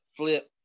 Flip